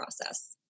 process